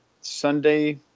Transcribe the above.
Sunday